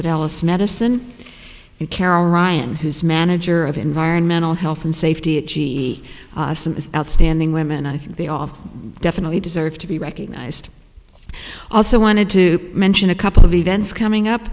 at alice medicine and carol ryan who's manager of environmental health and safety and she is outstanding women i think they all definitely deserve to be recognized also wanted to mention a couple of events coming up